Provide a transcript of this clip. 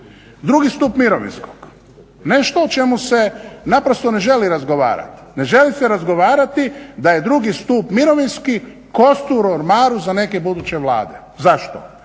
Drugi stup mirovinskog, nešto o čemu se naprosto ne želi razgovarati. Ne želi se razgovarati da je drugi stup mirovinski kostur u ormaru za neke buduće vlade. Zašto?